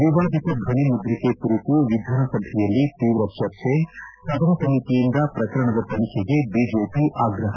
ವಿವಾದಿತ ದ್ವನಿ ಮುದ್ರಿಕೆ ಕುರಿತು ವಿಧಾನ ಸಭೆಯಲ್ಲಿ ತೀವ್ರ ಚರ್ಚೆ ಸದನ ಸಮಿತಿಯಿಂದ ಪ್ರಕರಣದ ತನಿಖೆಗೆ ಬಿಜೆಪಿ ಆಗ್ರಹ